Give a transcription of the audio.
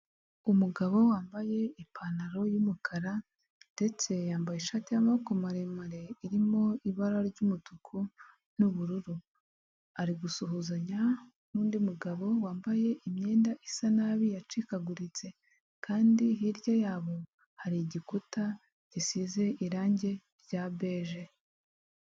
Umugabo wambaye ipantaro y'umukara ndetse yambaye ishati y'amaboko maremare irimo ibara ry'umutuku n'ubururu; ari gusuhukanya n'undi mugabo wambaye imyenda isa nabi yacikaguritse kandi hirya yabo hari igikuta gisize irangi rya beje.